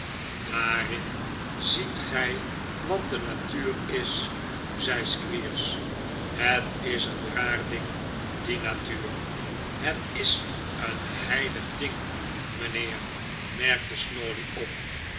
daaraan ziet gij wat de natuur is zei squeers het is een raar ding die natuur het is een heilig ding mijnheer merkte snawley op